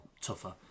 tougher